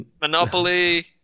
Monopoly